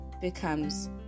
becomes